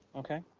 okay.